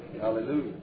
Hallelujah